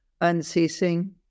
unceasing